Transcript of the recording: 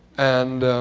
and